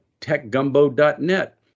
techgumbo.net